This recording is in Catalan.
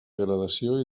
gradació